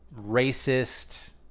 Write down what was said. racist